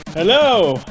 Hello